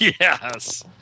Yes